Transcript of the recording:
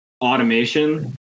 automation